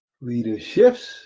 Leadership's